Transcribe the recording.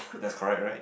that's correct right